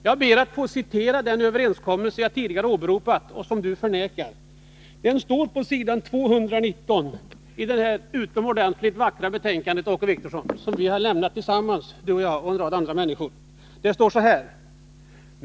Jag ber att få citera den överenskommelse jag tidigare åberopade men som Åke Wictorsson förnekar. Den står på s. 219 i det här utomordentligt vackra betänkandet SOU 1978:75, som Åke Wictorsson och jag och en rad andra människor har avlämnat tillsammans.